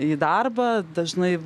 į darbą dažnai